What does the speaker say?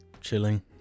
Chilling